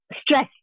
stress